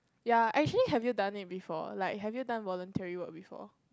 ya actually have you done it before like have you done voluntary work before